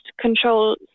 control